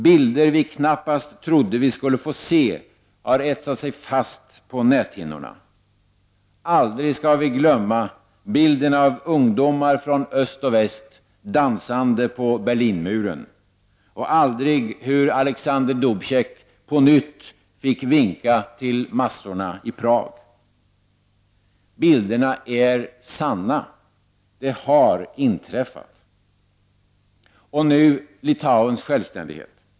Bilder vi knappast trodde att vi skulle få se har etsat sig fast på näthinnorna. Aldrig skall vi glömma bilden av ungdomar från öst och väst dansande på Berlinmuren eller bilden av Alexander Dubcek när han på nytt fick vinka till massorna i Prag. Bilderna är sanna. Det har inträffat. Och nu Litauens självständighet.